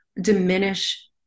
diminish